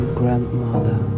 grandmother